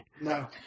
No